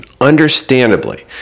understandably